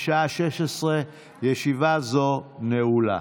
בשעה 16:00. ישיבה זו נעולה.